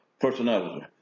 personality